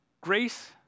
Grace